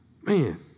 man